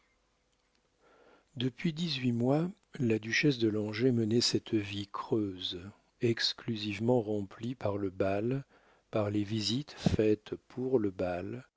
depuis dix-huit mois la duchesse de langeais menait cette vie creuse exclusivement remplie par le bal par les visites faites pour le bal